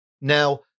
Now